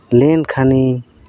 ᱞᱮᱱᱠᱷᱟᱱᱤᱧ